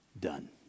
done